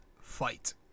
fight